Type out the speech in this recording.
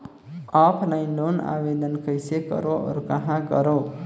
Offline loan आवेदन कइसे करो और कहाँ करो?